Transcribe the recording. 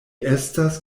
estas